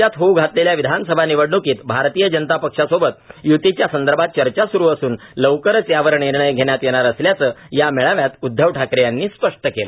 राज्यात होऊ घातलेल्या विधानसभा निवडण्कीत भारतीय जनता पक्षासोबत युतीच्या संदर्भात चर्चा सुरू असून लवकरच यावर निर्णय धेण्यात येणार असल्याचं या मेळाव्यात उध्दव ठाकरे यांनी स्पष्ट केलं